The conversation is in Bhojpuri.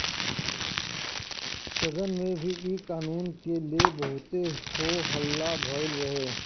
सदन में भी इ कानून के ले बहुते हो हल्ला भईल रहे